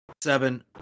seven